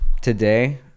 today